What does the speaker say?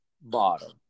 bottom